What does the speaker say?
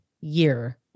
year